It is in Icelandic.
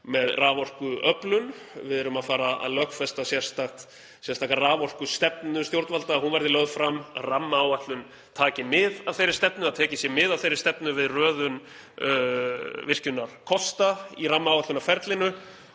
með raforkuöflun. Við erum að fara að lögfesta sérstaka raforkustefnu stjórnvalda, hún verður lögð fram; að rammaáætlun taki mið af þeirri stefnu, tekið sé mið af þeirri stefnu við röðun virkjunarkosta í rammaáætlunarferlinu